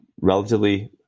relatively